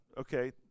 Okay